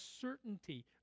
certainty